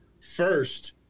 first